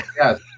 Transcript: Yes